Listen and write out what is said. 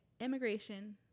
immigration